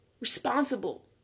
responsible